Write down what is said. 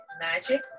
Magic